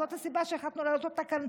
זאת הסיבה שהחלטנו לעלות אותה כאן,